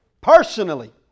Personally